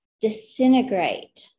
disintegrate